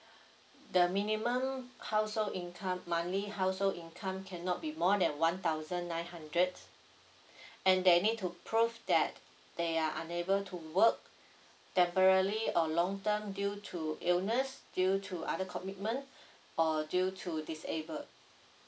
the minimum household income monthly household income cannot be more than one thousand nine hundred and they need to prove that they are unable to work temporary or long term due to illness due to other commitment or due to disabled